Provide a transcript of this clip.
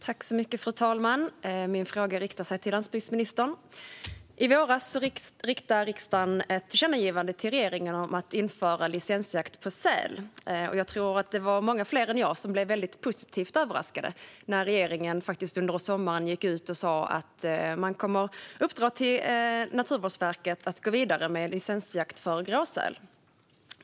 Fru talman! Min fråga går till landsbygdsministern. I våras riktade riksdagen ett tillkännagivande till regeringen om att införa licensjakt på säl. Jag tror att många med mig blev positivt överraskade när regeringen under sommaren gick ut med att man kommer att uppdra åt Naturvårdsverket att gå vidare med licensjakt på gråsäl.